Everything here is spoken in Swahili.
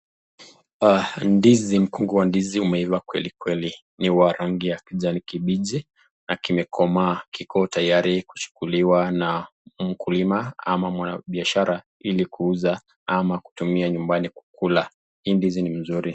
Ndizi mkubwa, ndizi umeiva kweli kweli ni wa rangi ya kijani kibichi na kimekomaa kiko tayari kuchukuliwa na mkulima ama mwanabiashara ili kuuza ama kutumia nyumbani kukula. Hii ndizi ni mzuri.